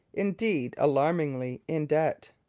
indeed alarmingly, in debt.